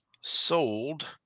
sold